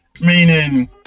meaning